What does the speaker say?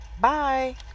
bye